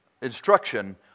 instruction